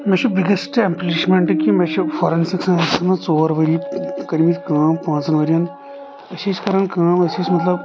مےٚ چھُ biggest accomplishment کہِ مےٚ چھُ فاریٚنسک ساینسس منٛز ژور ؤری کٔرمٕتۍ کٲم پانٛژن ؤرۍ ین أسۍ ٲسۍ کران کٲم أسۍ ٲسۍ مطلب